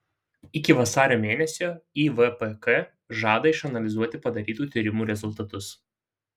iki vasario mėnesio ivpk žada išanalizuoti padarytų tyrimų rezultatus